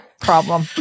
problem